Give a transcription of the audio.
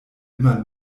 immer